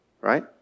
Right